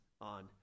on